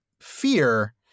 fear